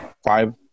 Five